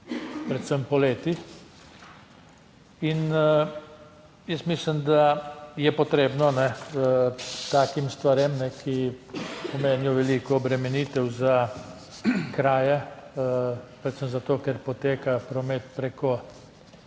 predvsem poleti. In jaz mislim, da je potrebno takim stvarem, ki pomenijo veliko obremenitev za kraje, predvsem zato, ker poteka promet preko